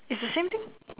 is the same thing